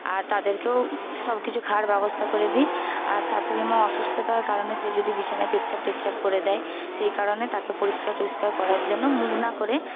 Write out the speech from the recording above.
আর তাদেরকেও সব কিছু খাওয়ার ব্যবস্থা করে দিই আর শাশুড়ি মা অসুস্থতার কারণে সে যদি বিছানায় পেচ্ছাপ টেচ্ছাপ করে দেয় সেই কারণে তাকে পরিষ্কার টরিষ্কার করার জন্য মুখ না করে